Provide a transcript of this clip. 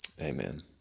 Amen